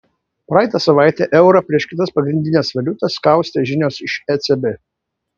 praeitą savaitę eurą prieš kitas pagrindines valiutas kaustė žinios iš ecb